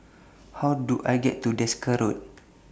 How Do I get to Desker Road